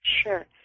Sure